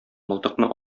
мылтыкны